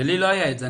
ולי לא היה את זה,